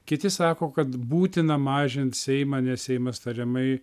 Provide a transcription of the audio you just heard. kiti sako kad būtina mažint seimą nes seimas tariamai